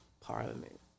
Parliament